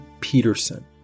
Peterson